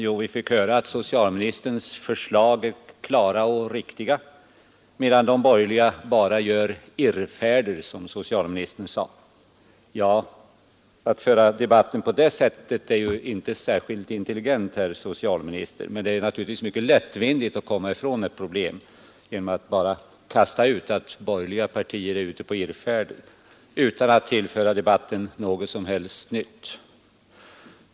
Jo, vi fick höra att socialministerns förslag är klara och riktiga, medan de borgerliga bara gör irrfärder, som socialministern sade. Att föra debatten på det sättet är inte särskilt intelligent, herr socialminister. Men det är naturligtvis mycket lätt att komma ifrån ett problem genom att bara kasta ut att borgerliga partier är ute på irrfärder men underlåta att tillföra debatten något som helst nytt.